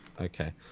okay